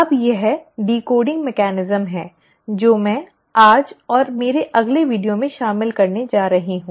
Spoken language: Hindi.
अब यह डिकोडिंग मेकनिज़म् है जो मैं आज और मेरे अगले वीडियो में शामिल करने जा रही हूं